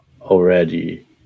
already